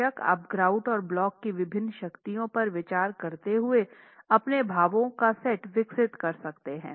बेशक आप ग्राउट और ब्लॉक की विभिन्न शक्तियों पर विचार करते हुए अपने भावों का सेट विकसित कर सकते हैं